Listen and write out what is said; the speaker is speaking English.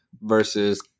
versus